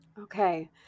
Okay